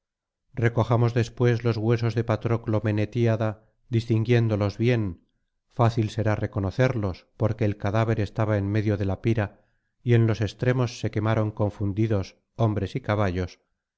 recojamos después los huesos de patroclo menetíada distinguiéndolos bien fácil será reconocerlos porque el cadáver estaba en medio de la pira y en los extremos se quemaron confundidos hombres canto vigésimo tercero s y caballos